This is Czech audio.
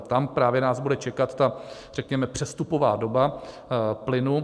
Tam právě nás bude čekat ta řekněme přestupová doba plynu.